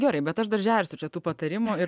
gerai bet aš dar žersiu čia tų patarimų ir